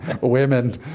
women